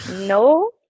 no